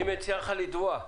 אני מציע לך לתבוע.